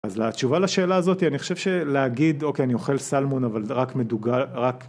אז התשובה לשאלה הזאתי אני חושב שלהגיד אוקיי אני אוכל סלמון אבל רק מדוגר רק